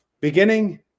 Beginning